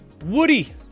Woody